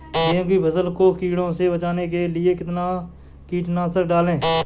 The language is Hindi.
गेहूँ की फसल को कीड़ों से बचाने के लिए कितना कीटनाशक डालें?